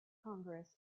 congress